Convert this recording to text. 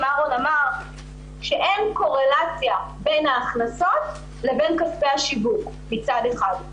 אהרון אמר שאין קורלציה בין ההכנסות לבין כספי השיווק מצד אחד.